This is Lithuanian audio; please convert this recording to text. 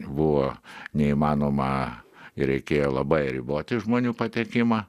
buvo neįmanoma ir reikėjo labai riboti žmonių patekimą